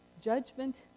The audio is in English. Judgment